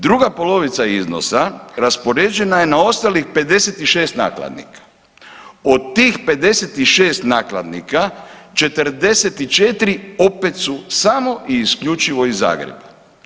Druga polovica iznosa raspoređena je na ostalih 56 nakladnika, od tih 56 nakladnika 44 opet su samo i isključivo iz Zagreba.